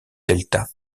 delta